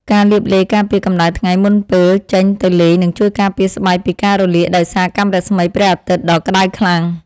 ការលាបឡេការពារកម្តៅថ្ងៃមុនពេលចេញទៅលេងនឹងជួយការពារស្បែកពីការរលាកដោយសារកាំរស្មីព្រះអាទិត្យដ៏ក្តៅខ្លាំង។